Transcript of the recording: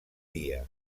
dia